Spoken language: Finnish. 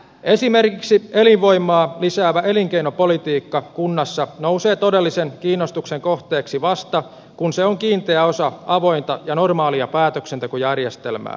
esimerkiksi elinvoimaa lisäävä elinkeinopolitiikka kunnassa nousee todellisen kiinnostuksen kohteeksi vasta kun se on kiinteä osa avointa ja normaalia päätöksentekojärjestelmää